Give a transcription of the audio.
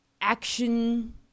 action